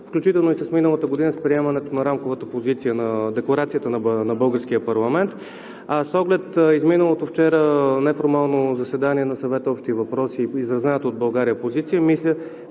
включително и миналата година, с приемането на рамковата позиция на Декларацията на българския парламент. С оглед миналото вчера неформално заседание на Съвета „Общи въпроси“ и изразената от България позиция